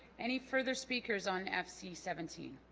any further speakers on fc seventeen